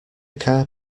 car